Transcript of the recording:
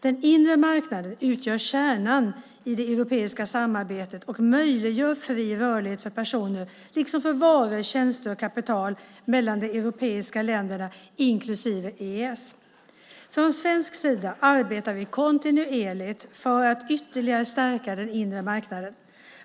Den inre marknaden utgör kärnan i det europeiska samarbetet och möjliggör fri rörlighet för personer liksom för varor, tjänster och kapital mellan de europeiska länderna inklusive EES. Från svensk sida arbetar vi kontinuerligt för att ytterligare stärka den inre marknaden.